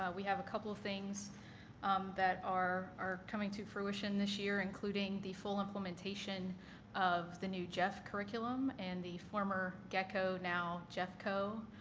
ah we have a couple of things that are are coming to fruition this year including the full implementation of the new gef curriculum and the former gec co, now gef co,